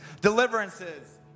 deliverances